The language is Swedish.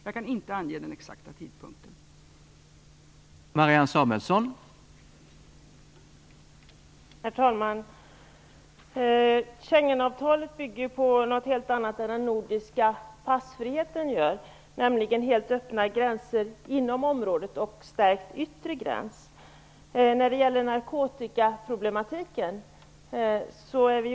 Jag kan inte ange den exakta tidpunkten för detta.